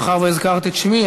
מאחר שהזכרת את שמי,